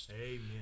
Amen